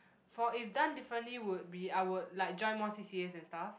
for if done differently would be I would like join more C_C_As and stuff